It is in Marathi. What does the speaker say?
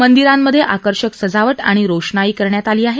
मंदिरांमध्ये आकर्षक सजावट आणि रोषणाई करण्यात आली आहे